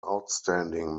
outstanding